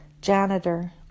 janitor